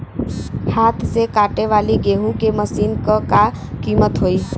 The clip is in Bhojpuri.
हाथ से कांटेवाली गेहूँ के मशीन क का कीमत होई?